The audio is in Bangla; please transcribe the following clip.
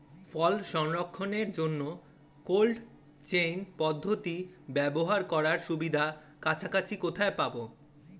ফল সংরক্ষণের জন্য কোল্ড চেইন পদ্ধতি ব্যবহার করার সুবিধা কাছাকাছি কোথায় পাবো?